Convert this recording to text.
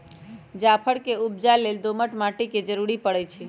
जाफर के उपजा लेल दोमट माटि के जरूरी परै छइ